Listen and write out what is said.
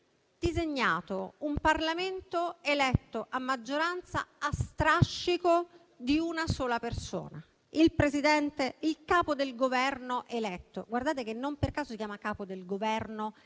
disegnando un Parlamento eletto a maggioranza, a strascico di una sola persona: il Capo del Governo eletto; considerate, peraltro, che non per caso si chiama Capo del Governo,